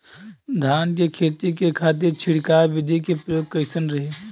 धान के खेती के खातीर छिड़काव विधी के प्रयोग कइसन रही?